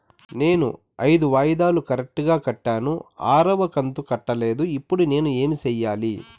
నేను ఐదు వాయిదాలు కరెక్టు గా కట్టాను, ఆరవ కంతు కట్టలేదు, ఇప్పుడు నేను ఏమి సెయ్యాలి?